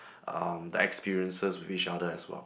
uh the experiences with each other as well